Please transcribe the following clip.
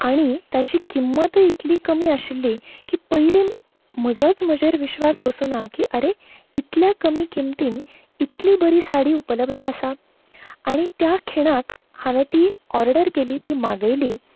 आनी ताची किंमतूय इतली कमी आशिल्ली की पयलीं म्हजोच म्हजेर विश्वास बसूंक ना की आरे इतल्या कमी किंमतीन इतली बरी साडी उपलब्द आसा आनी त्या खिणांक हांवें ती ऑर्डर केली ती मागयली